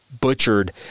butchered